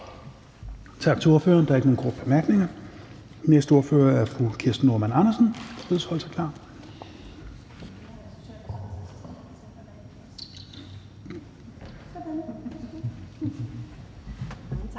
Tak til ordføreren. Der er ikke nogen korte bemærkninger. Den næste ordfører er fru Kirsten Normann Andersen, der bedes holde sig klar. Kl.